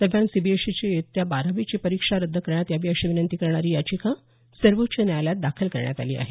दरम्यान सीबीएसईची इयत्ता बारावीची परीक्षा रद्द करण्यात यावी अशी विनंती करणारी याचिका सर्वोच्च न्यायालयात दाखल करण्यात आली आहे